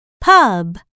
Pub